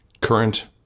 current